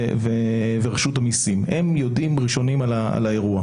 זה הרי אותה תקנה, זה 59, זה שני סעיפים באותה